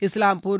Islampur